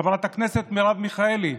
חברת הכנסת מרב מיכאלי,